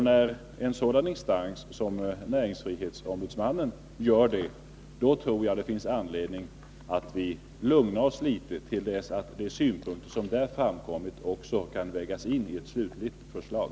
När en sådan remissinstans som näringsfrihetsombudsmannen gör det, tror jag att det finns anledning för oss att lugna oss litet, så att de synpunkter som framkommit i det yttrandet kan vägas in i ett slutligt förslag.